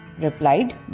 Replied